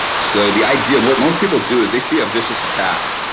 so the idea of what most people do is they see a vicious attack